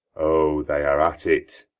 o, they are at it!